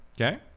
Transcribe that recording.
okay